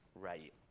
right